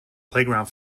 playground